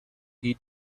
did